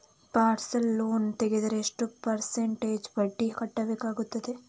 Personal loan ತೆಗೆದರೆ ಎಷ್ಟು percentage ಬಡ್ಡಿ ಕಟ್ಟಬೇಕಾಗುತ್ತದೆ?